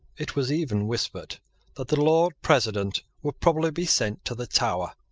it was even whispered that the lord president would probably be sent to the tower.